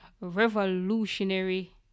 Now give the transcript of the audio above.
revolutionary